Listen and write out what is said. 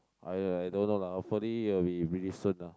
I I don't know lah hopefully it will be really soon lah